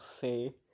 say